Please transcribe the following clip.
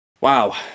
Wow